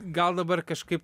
gal dabar kažkaip